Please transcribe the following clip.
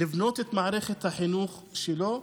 לבנות את מערכת החינוך שלו.